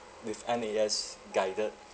with M_A_S guided